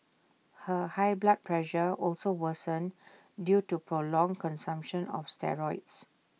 her high blood pressure also worsened due to prolonged consumption of steroids